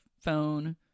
phone